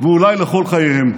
ואולי לכל חייהם.